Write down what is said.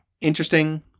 interesting